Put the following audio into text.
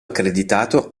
accreditato